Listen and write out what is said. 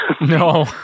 no